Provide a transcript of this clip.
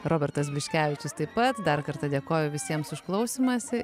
robertas bliškevičius taip pat dar kartą dėkoju visiems už klausymąsi